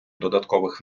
додаткових